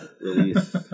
release